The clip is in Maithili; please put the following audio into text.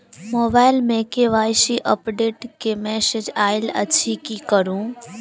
मोबाइल मे के.वाई.सी अपडेट केँ मैसेज आइल अछि की करू?